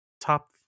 Top